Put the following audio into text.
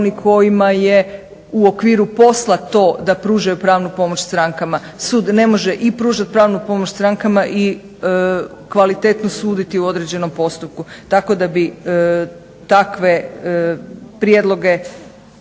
kojima je u okviru posla to da pružaju pravnu pomoć strankama. Sud ne može i pružat pravnu pomoć strankama i kvalitetno suditi u određenom postupku, tako da bi takve prijedloge